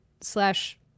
slash